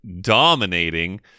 dominating